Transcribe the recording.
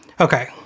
Okay